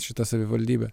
šita savivaldybė